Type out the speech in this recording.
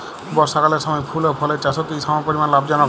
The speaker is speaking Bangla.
বর্ষাকালের সময় ফুল ও ফলের চাষও কি সমপরিমাণ লাভজনক?